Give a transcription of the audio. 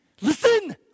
Listen